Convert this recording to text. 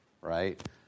right